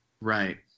right